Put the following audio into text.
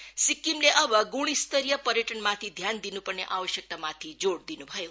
वहाँले सिक्किमले अव गुणस्तरीय पर्यटनमाथि ध्यान दिनुपर्ने आवश्यकतामाथि जोड़ दिनु भयो